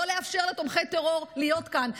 לא לאפשר לתומכי טרור להיות כאן.